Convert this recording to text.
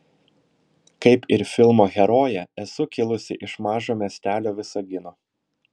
kaip ir filmo herojė esu kilusi iš mažo miestelio visagino